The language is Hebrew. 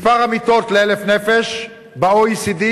מספר המיטות ל-1,000 נפש ב-OECD,